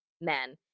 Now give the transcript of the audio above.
men